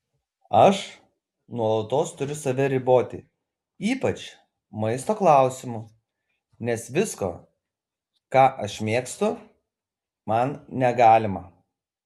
aš nuolatos turiu save riboti ypač maisto klausimu nes visko ką aš mėgstu man negalima